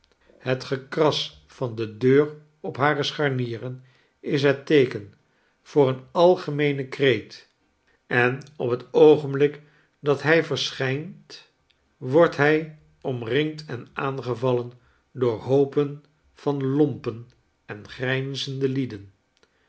het gekras van de deur op hare scharnieren is het teeken voor een algemeenen kreet en op het oogenblik dat hij verschijnt wordt hij omringd en aangevallen door hoopen van lompen en grynzende lieden